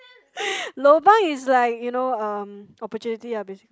lobang is like you know um opportunity lah basic